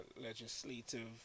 legislative